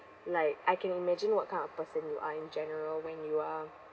like I can imagine what kind of person you are in general when you are